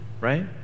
right